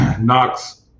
Knox